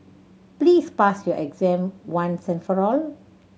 please pass your exam once and for all